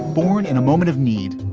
born in a moment of need,